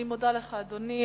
אני מודה לך, אדוני.